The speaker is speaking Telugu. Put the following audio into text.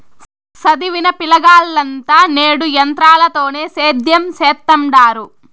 సదివిన పిలగాల్లంతా నేడు ఎంత్రాలతోనే సేద్యం సెత్తండారు